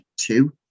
two